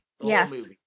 yes